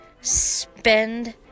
Spend